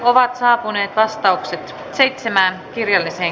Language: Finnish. totean että vaali on yksimielinen